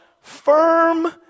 firm